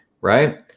right